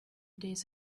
days